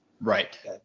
Right